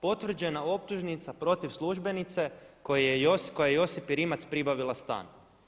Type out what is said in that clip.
Potvrđena optužnica protiv službenice koja je Josipi Rimac pribavila stan.